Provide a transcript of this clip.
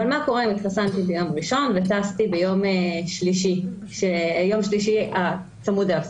אבל מה קורה אם התחסנתי ביום ראשון וטסתי ביום שלישי הצמוד אליו,